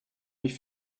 mich